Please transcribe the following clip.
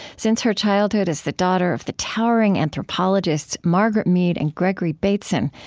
since her childhood as the daughter of the towering anthropologists margaret mead and gregory bateson,